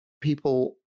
people